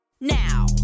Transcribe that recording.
now